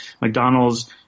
McDonald's